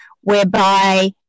whereby